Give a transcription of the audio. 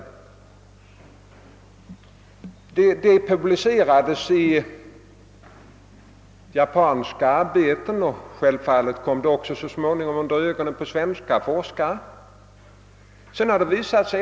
Resultatet publicerades i japanska arbeten och kom självfallet så småningom också under ögonen på svenska forskare.